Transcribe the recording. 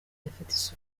bidafite